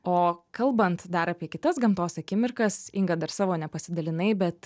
o kalbant dar apie kitas gamtos akimirkas inga dar savo nepasidalinai bet